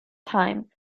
time